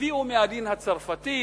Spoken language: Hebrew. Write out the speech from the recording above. הביאו מהדין הצרפתי,